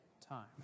time